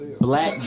black